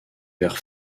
vert